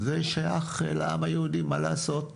זה שייך לעם היהודי, מה לעשות,